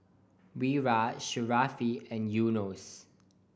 Wira Sharifah and Yunos